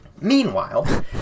Meanwhile